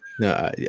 No